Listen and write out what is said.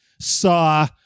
saw